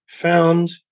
Found